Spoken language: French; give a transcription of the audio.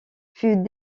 fut